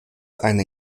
eine